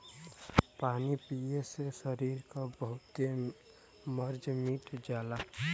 पानी पिए से सरीर के बहुते मर्ज मिट जाला